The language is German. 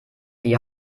die